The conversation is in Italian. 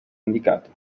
indicato